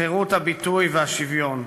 חירות הביטוי והשוויון.